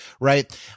right